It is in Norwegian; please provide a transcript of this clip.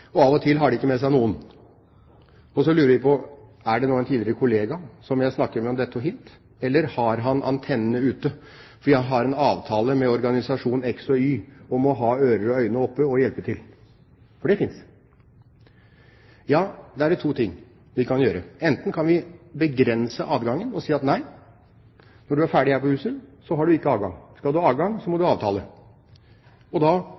og av og til har de ikke med seg noen. Så lurer vi på: Er det nå en tidligere kollega som jeg snakker med om dette og hint, eller har han antennene ute, fordi han har en avtale med organisasjonene x og y om å ha ører og øyne oppe og hjelpe til – for det finnes. Ja, da er det to ting vi kan gjøre. Enten kan vi begrense adgangen og si at nei, når du er ferdig her på huset, har du ikke adgang. Skal du ha adgang, må du ha avtale. Da har han en avtale med oss, og da